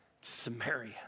Samaria